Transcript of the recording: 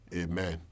Amen